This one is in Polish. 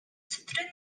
cytryny